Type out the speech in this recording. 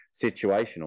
situational